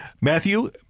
matthew